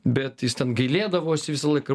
bet jis ten gailėdavosi visą laiką